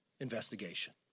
investigation